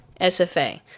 SFA